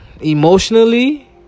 emotionally